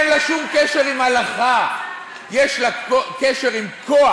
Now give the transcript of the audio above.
אין לה שום קשר להלכה, יש לה קשר לכוח,